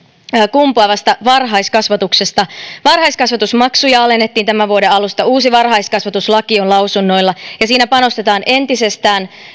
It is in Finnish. kumpuavasta varhaiskasvatuksesta varhaiskasvatusmaksuja alennettiin tämän vuoden alusta uusi varhaiskasvatuslaki on lausunnoilla ja siinä panostetaan entisestään